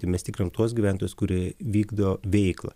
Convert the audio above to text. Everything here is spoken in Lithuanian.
tai mes tikrinom tuos gyventojus kurie vykdo veiklą